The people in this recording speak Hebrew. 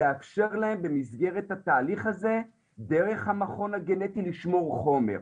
לאפשר להן במסגרת התהליך הזה ודרך המכון הגנטי לשמור חומר.